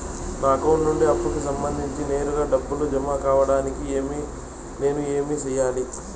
నా అకౌంట్ నుండి అప్పుకి సంబంధించి నేరుగా డబ్బులు జామ కావడానికి నేను ఏమి సెయ్యాలి?